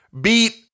beat